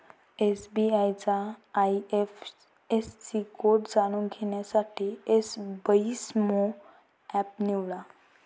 SBI चा IFSC code जाणून घेण्यासाठी एसबइस्तेमहो एप निवडा